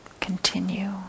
continue